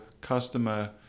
customer